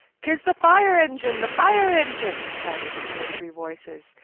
tis the fire-engine! the fire-engine! shouted two or three voices,